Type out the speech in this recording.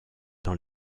dans